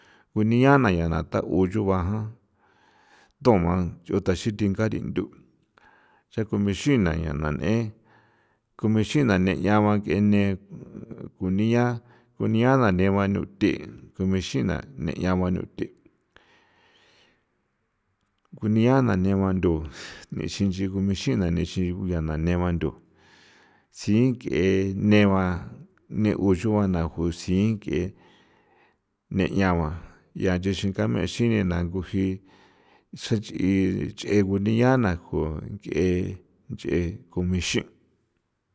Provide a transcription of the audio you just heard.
Kunia na ncha tja ko yua ja toa chu taxi thingarin tuu ncha k ixin na ncha na nee k ixin na neꞌñagua kene kunia kunia daneba niuthe thi k ixin na neꞌñaguan niuthe, kunia na neba ndu nchi k ixin na nixi ko ncha neba ndo tsjii keneba ne unchuana kosiin kje neꞌñaguan yanchi xii nga mee xii nii na jnguji xachi cheꞌe kunía na ju kꞌe nchꞌe k ixin.